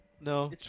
no